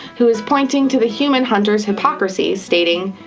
who is pointing to the human hunter's hypocrisy, stating,